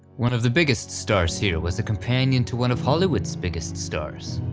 one of the biggest stars here was the companion to one of hollywood's biggest stars.